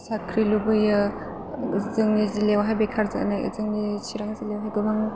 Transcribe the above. साख्रि लुबैयो जोंनि जिल्लायावहाय बेखार जानाय इदिनो चिरां जिल्लायावहाय गोबां